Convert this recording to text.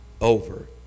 over